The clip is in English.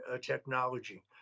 technology